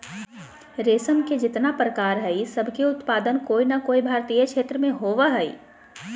रेशम के जितना प्रकार हई, सब के उत्पादन कोय नै कोय भारतीय क्षेत्र मे होवअ हई